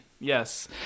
Yes